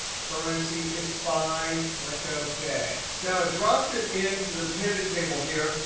currency is fine. click ok. now, it dropped it into the pivot table here.